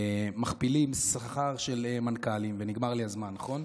מכפילים שכר של מנכ"לים, ונגמר לי הזמן, נכון?